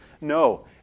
No